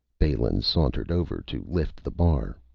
balin sauntered over to lift the bar.